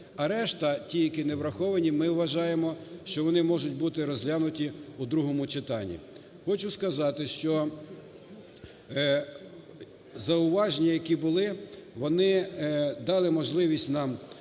А решта, ті, які не враховані ми вважаємо, що вони можуть бути розглянуті у другому читанні. Хочу сказати, що зауваження, які були вони дали можливість нам